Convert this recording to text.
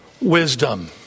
wisdom